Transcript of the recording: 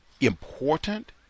Important